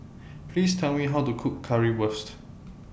Please Tell Me How to Cook Currywurst